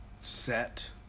set